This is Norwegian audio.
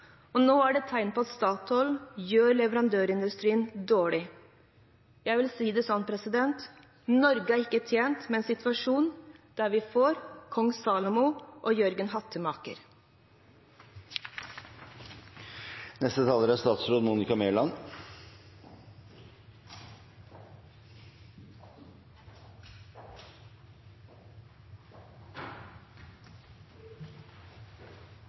og nå er det tegn til at Statoil gjør leverandørindustrien dårlig. Jeg vil si det sånn: Norge er ikke tjent med en situasjon der vi får Kong Salomo og Jørgen